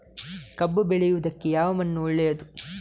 ಕಬ್ಬು ಬೆಳೆಯುವುದಕ್ಕೆ ಯಾವ ಮಣ್ಣು ಒಳ್ಳೆಯದು?